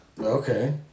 Okay